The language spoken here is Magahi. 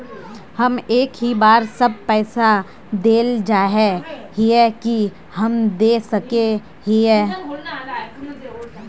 हम एक ही बार सब पैसा देल चाहे हिये की हम दे सके हीये?